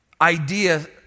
idea